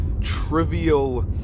trivial